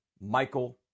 Michael